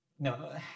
No